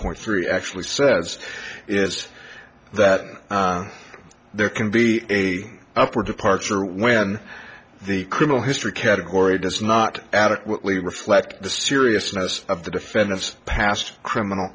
point three actually says is that there can be a upward departure when the criminal history category does not adequately reflect the seriousness of the defendant's past criminal